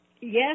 yes